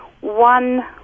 one